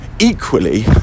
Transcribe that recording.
equally